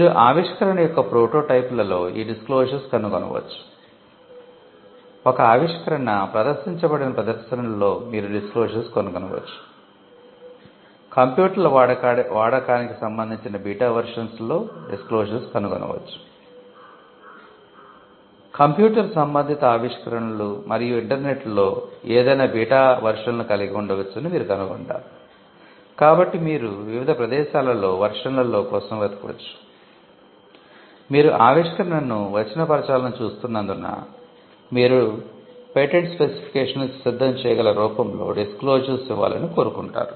మీరు ఆవిష్కరణ యొక్క ప్రోటోటైప్లలో ఈ డిస్క్లోసర్స్ ఇవ్వాలని కోరుకుంటారు